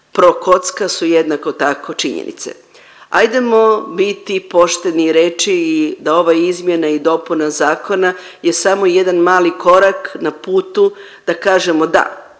prokocka su jednako tako činjenice. Ajdemo biti pošteni i reći da ova izmjena i dopuna zakona je samo jedan mali korak na putu da kažemo da,